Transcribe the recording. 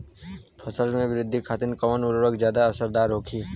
फसल के वृद्धि खातिन कवन उर्वरक ज्यादा असरदार होखि?